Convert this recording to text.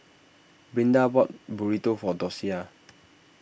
Brinda bought Burrito for Docia